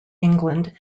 england